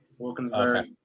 Wilkinsburg